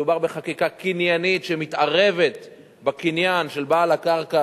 מדובר בחקיקה קניינית שמתערבת בקניין של בעל הקרקע,